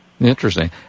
interesting